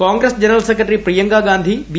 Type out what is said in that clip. Congress general secretary Priyanka Gandhi B